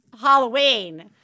Halloween